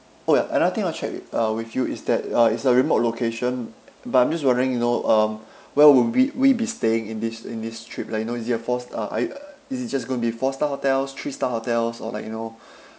oh ya another thing I'll check with uh with you is that uh is the remote location but I'm just wondering you know um where would we we be staying in this in this trip like you know is it a four s~ uh I is it just gonna be four star hotels three star hotels or like you know